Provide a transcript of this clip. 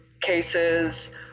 cases